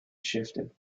shifted